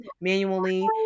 manually